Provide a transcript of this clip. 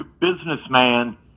businessman